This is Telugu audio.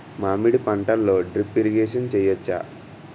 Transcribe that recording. మామిడి పంటలో డ్రిప్ ఇరిగేషన్ చేయచ్చా?